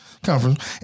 Conference